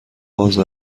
باز